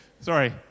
sorry